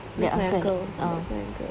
that's my uncle that's my uncle